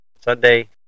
Sunday